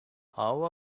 how